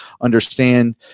understand